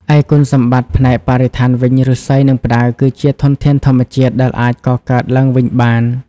ឯគុណសម្បត្តិផ្នែកបរិស្ថានវិញ ឫស្សី និងផ្តៅគឺជា ធនធានធម្មជាតិ ដែលអាចកកើតឡើងវិញបាន។